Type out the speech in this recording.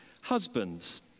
Husbands